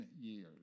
years